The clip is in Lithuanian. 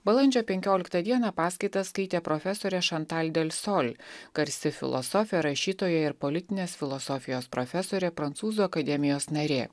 balandžio penkioliktą dieną paskaitas skaitė profesorė šantal del sol garsi filosofė rašytoja ir politinės filosofijos profesorė prancūzų akademijos narė